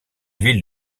ville